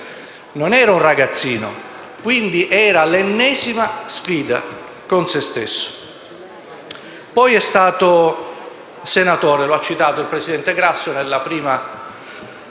non era un ragazzino; quindi era l'ennesima sfida con se stesso. Poi è stato senatore, come ha ricordato il presidente Grasso, nel 1994